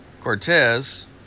Cortez